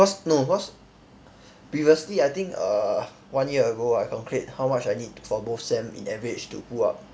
cause no cause previously I think uh one year ago I calculate how much I need to for both sem in average to pull up